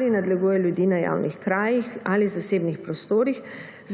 ali nadleguje ljudi na javnih krajih ali zasebnih prostorih,